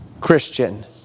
Christian